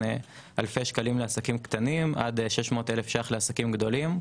אלפי שקלים לעסקים קטנים עד 600,000 ש"ח לעסקים גדולים.